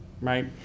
right